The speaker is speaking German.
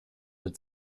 mit